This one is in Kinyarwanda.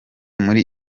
muri